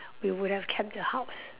we would have kept the house